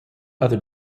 other